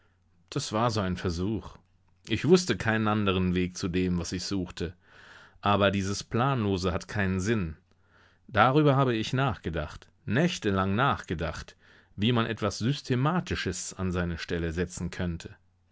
das war so ein versuch ich wußte keinen anderen weg zu dem was ich suchte aber dieses planlose hat keinen sinn darüber habe ich nachgedacht nächtelang nachgedacht wie man etwas systematisches an seine stelle setzen könnte